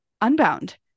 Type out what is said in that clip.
Unbound